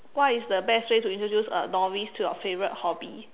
what is the best way to introduce a novice to your favourite hobby